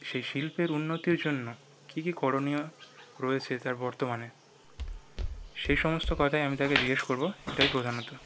সেই শিল্পের উন্নতির জন্য কী কী করণীয় রয়েছে তার বর্তমানে সেই সমস্ত কথাই আমি তাকে জিজ্ঞেস করবো এটাই প্রধানত